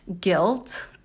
guilt